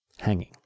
hanging